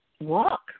walk